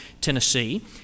Tennessee